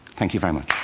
thank you very much.